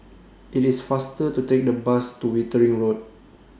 IT IS faster to Take The Bus to Wittering Road